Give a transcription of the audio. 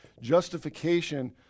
justification